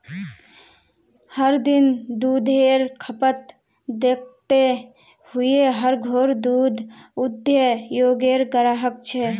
हर दिन दुधेर खपत दखते हुए हर घोर दूध उद्द्योगेर ग्राहक छे